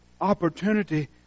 opportunity